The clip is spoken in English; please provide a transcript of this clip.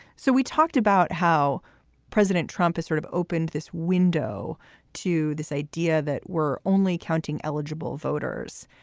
so we talked about how president trump has sort of opened this window to this idea that we're only counting eligible voters.